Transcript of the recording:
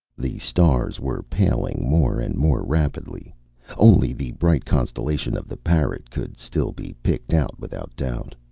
the stars were paling more and more rapidly only the bright constellation of the parrot could still be picked out without doubt.